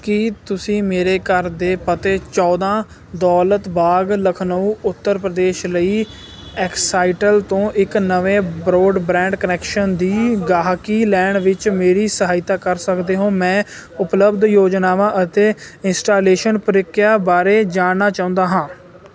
ਕੀ ਤੁਸੀਂ ਮੇਰੇ ਘਰ ਦੇ ਪਤੇ ਚੌਦ੍ਹਾਂ ਦੌਲਤ ਬਾਗ ਲਖਨਊ ਉੱਤਰ ਪ੍ਰਦੇਸ਼ ਲਈ ਐਕਸਾਈਟਲ ਤੋਂ ਇੱਕ ਨਵੇਂ ਬ੍ਰੋਡਬ੍ਰੈਂਡ ਕਨੈਕਸ਼ਨ ਦੀ ਗਾਹਕੀ ਲੈਣ ਵਿੱਚ ਮੇਰੀ ਸਹਾਇਤਾ ਕਰ ਸਕਦੇ ਹੋ ਮੈਂ ਉਪਲੱਬਧ ਯੋਜਨਾਵਾਂ ਅਤੇ ਇੰਸਟਾਲੇਸ਼ਨ ਪ੍ਰਕਿਰਿਆ ਬਾਰੇ ਜਾਣਨਾ ਚਾਹੁੰਦਾ ਹਾਂ